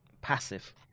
passive